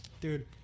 Dude